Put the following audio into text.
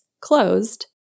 closed